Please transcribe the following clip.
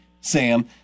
Sam